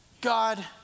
God